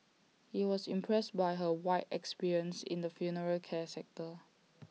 he was impressed by her wide experience in the funeral care sector